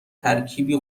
ترکیبی